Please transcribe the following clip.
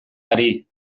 ari